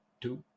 two